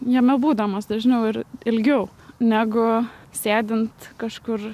jame būdamas dažniau ir ilgiau negu sėdint kažkur